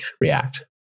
React